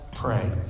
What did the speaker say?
pray